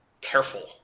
careful